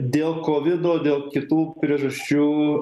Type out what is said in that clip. dėl kovido dėl kitų priežasčių